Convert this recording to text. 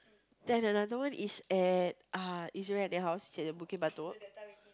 then another one is at uh is house it's at Bukit-Batok